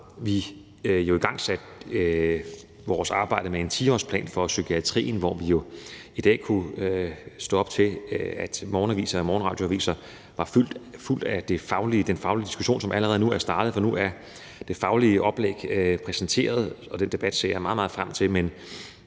har vi igangsat vores arbejde med en 10-årsplan for psykiatrien. I dag kunne vi jo stå op til, at morgenaviser og morgenradioaviser var fulde af den faglige diskussion, som allerede er startet, nu det faglige oplæg er præsenteret. Og den debat ser jeg meget, meget frem til,